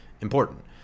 important